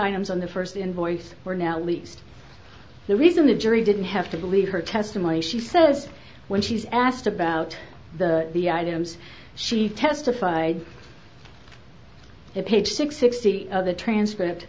items on the first invoice were now at least the reason a jury didn't have to believe her testimony she says when she was asked about the items she testified to page six sixty the transcript